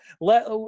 let